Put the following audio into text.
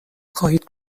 خواهید